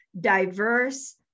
diverse